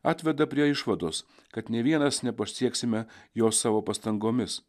atveda prie išvados kad nė vienas nepasieksime jos savo pastangomis